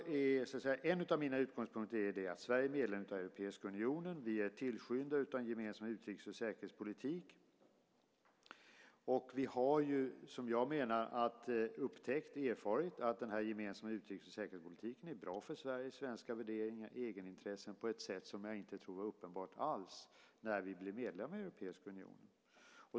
En av mina utgångspunkter är att Sverige är medlem av den europeiska unionen. Vi var tillskyndare av den gemensamma utrikes och säkerhetspolitiken. Vi har upptäckt och erfarit att den gemensamma utrikes och säkerhetspolitiken är bra för Sverige, för svenska värderingar och egenintressen på ett sätt som jag tror inte alls var uppenbart när vi blev medlem i Europeiska unionen.